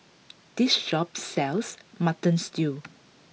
this shop sells Mutton Stew